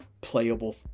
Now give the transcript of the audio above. playable